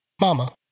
Mama